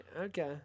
Okay